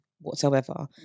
whatsoever